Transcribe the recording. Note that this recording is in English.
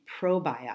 probiotics